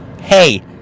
Hey